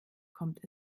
kommt